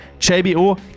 JBO